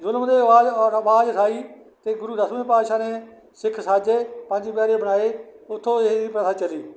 ਜ਼ੁਲਮ ਦੇ ਆਵਾਜ਼ ਆਵਾਜ਼ ਉਠਾਈ ਅਤੇ ਗੁਰੂ ਦਸਵੇਂ ਪਾਤਸ਼ਾਹ ਨੇ ਸਿੱਖ ਸਾਜੇ ਪੰਜ ਪਿਆਰੇ ਬਣਾਏ ਉੱਥੋਂ ਇਹ ਪ੍ਰਥਾ ਚਲੀ